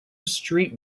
street